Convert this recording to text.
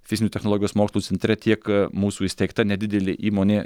fizinių technologijos mokslų centre tiek mūsų įsteigta nedidelė įmonė